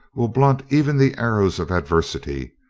will blunt even the arrows of adversity,